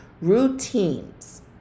Routines